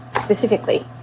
specifically